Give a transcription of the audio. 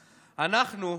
אנחנו,